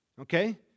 okay